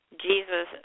Jesus